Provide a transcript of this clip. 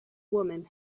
woman